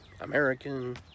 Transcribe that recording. American